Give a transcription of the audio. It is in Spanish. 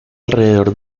alrededor